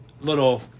little